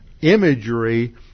imagery